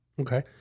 Okay